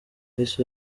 miss